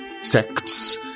Sects